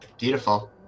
beautiful